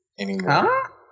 anymore